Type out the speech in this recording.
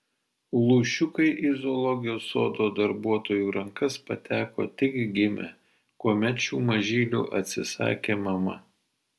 lūšiukai į zoologijos sodo darbuotojų rankas pateko tik gimę kuomet šių mažylių atsisakė mama